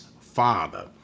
father